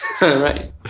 Right